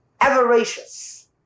avaricious